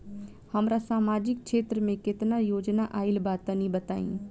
हमरा समाजिक क्षेत्र में केतना योजना आइल बा तनि बताईं?